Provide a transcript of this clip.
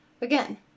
Again